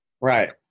Right